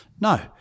No